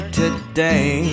today